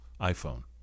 iphone